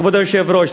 כבוד היושב-ראש,